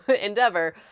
endeavor